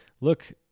look